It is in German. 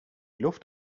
luft